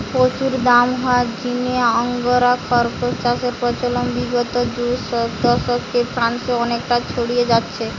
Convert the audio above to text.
প্রচুর দাম হওয়ার জিনে আঙ্গোরা খরগোস চাষের প্রচলন বিগত দুদশকে ফ্রান্সে অনেকটা ছড়ি যাইচে